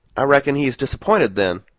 i reckon he is disappointed, then.